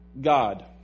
God